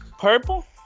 Purple